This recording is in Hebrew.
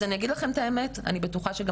אז אני אגיד לכן את האמת: אני בטוחה שגם